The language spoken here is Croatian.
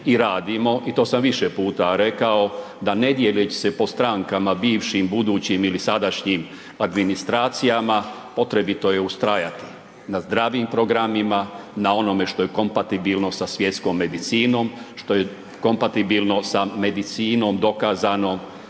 i radimo i to sam više puta rekao da ne dijeleći se po strankama bivšim, budućim ili sadašnjim administracijama potrebito je ustrajati na zdravim programima, na onome što je kompatibilno sa svjetskom medicinom, što je kompatibilno sa medicinom dokazanom,